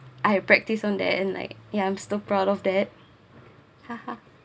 I practise on there and like yeah I'm still proud of that